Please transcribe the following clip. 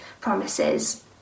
promises